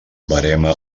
verema